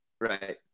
Right